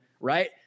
right